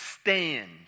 stand